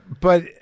But-